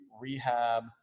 rehab